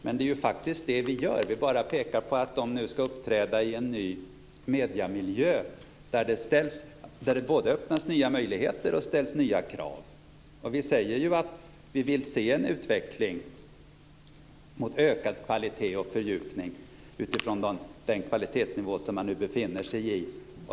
Men det är faktiskt det vi gör - vi bara pekar på att public service nu ska uppträda i en ny mediemiljö där det både öppnas nya möjligheter och ställs nya krav. Vi säger ju att vi vill se en utveckling mot ökad kvalitet och fördjupning utifrån den kvalitetsnivå som man nu befinner sig på.